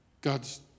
God's